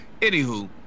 anywho